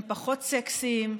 הם פחות סקסיים,